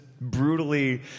brutally